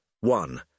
one